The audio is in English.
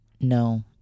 No